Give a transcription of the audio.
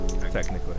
technically